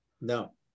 No